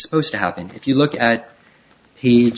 supposed to happen if you look at he